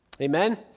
Amen